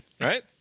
right